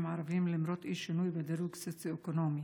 הערביים למרות אי-שינוי בדירוג הסוציו-אקונומי.